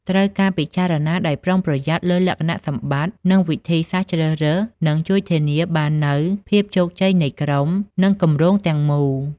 ត្រូវការពិចារណាដោយប្រុងប្រយ័ត្នលើលក្ខណៈសម្បត្តិ និងវិធីសាស្រ្តជ្រើសរើសនឹងជួយធានាបាននូវភាពជោគជ័យនៃក្រុម និងគម្រោងទាំងមូល។